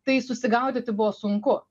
tai susigaudyti buvo sunku